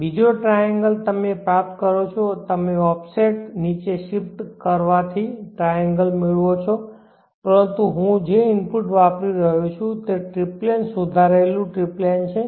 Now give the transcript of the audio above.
બીજો ટ્રાએન્ગલ તમે પ્રાપ્ત કરો છો તમે ઓફસેટ નીચે શીફ્ટ કરવાથી ટ્રાએન્ગલ મેળવો છો પરંતુ હું જે ઇનપુટ વાપરી રહ્યો છું તે ટ્રિપલેન સુધારેલું ટ્રિપલેન છે